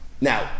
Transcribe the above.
Now